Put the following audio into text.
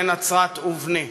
בן נצרת ובני".